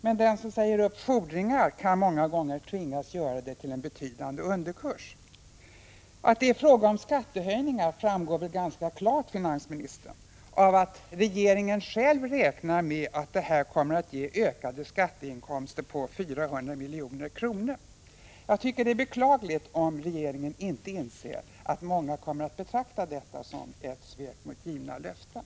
Men den som säger upp fordringar kan många gånger tvingas göra det till betydande underkurs osv. Att det är fråga om skattehöjningar framgår väl av att regeringen själv räknar med att det här kommer att ge ökade skatteinkomster på 400 milj.kr. Det är beklagligt om regeringen inte inser att många kommer att betrakta detta som ett svek av givna löften.